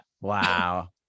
Wow